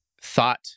thought